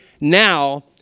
now